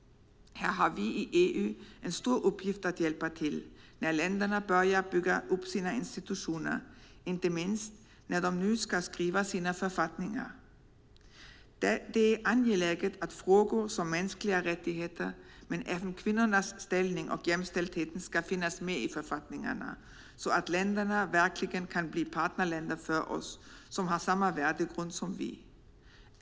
Här har vi i EU en stor uppgift att hjälpa till när länderna börjar bygga upp sina institutioner och inte minst när de nu ska skriva sina författningar. Det är angeläget att frågor som mänskliga rättigheter men även kvinnornas ställning och jämställdhet ska finnas med i författningarna så att länderna verkligen kan bli partnerländer för oss och ha samma värdegrund som vi.